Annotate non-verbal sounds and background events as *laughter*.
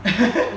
*laughs*